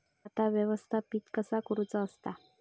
खाता व्यवस्थापित कसा करुचा असता?